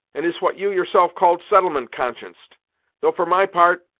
and is what you yourself called settlement-conscienced though for my part,